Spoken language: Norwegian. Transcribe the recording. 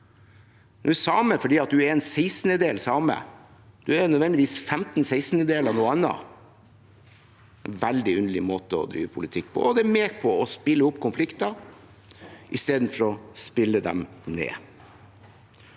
Du er same fordi du er en sekstendedel same. Da er du nødvendigvis femten sekstendedeler av noe annet. Det er en veldig underlig måte å drive politikk på, og det er med på å spille opp til konflikter i stedet for å spille dem ned.